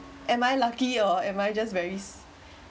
am I lucky or am I just varies